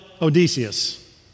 Odysseus